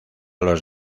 los